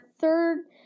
third